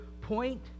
point